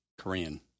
Korean